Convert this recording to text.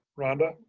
rhonda?